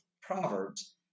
Proverbs